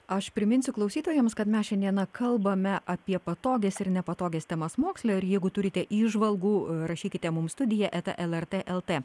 aš priminsiu klausytojams kad mes šiandieną kalbame apie patogias ir nepatogias temas moksle ir jeigu turite įžvalgų rašykite mums studija lrt el t